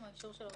נמשיך הלאה.